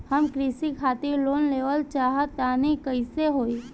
हम कृषि खातिर लोन लेवल चाहऽ तनि कइसे होई?